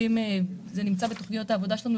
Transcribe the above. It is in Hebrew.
זה נמצא בתוכניות העבודה שלנו,